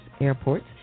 airports